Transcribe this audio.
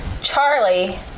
Charlie